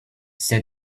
said